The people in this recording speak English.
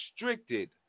Restricted